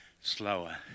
slower